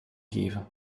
geven